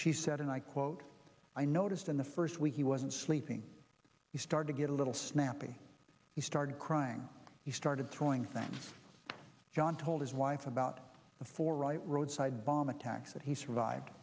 she said and i quote i noticed in the first week he wasn't sleeping you start to get a little snappy he started crying he started throwing things john told his wife about the four right roadside bomb attacks that he survived